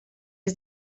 els